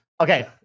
Okay